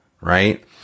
right